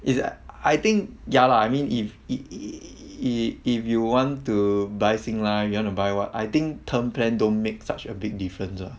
is I I think ya lah I mean if i~ if if you want to buy singlife you want to buy what I think term plan don't make such a big difference uh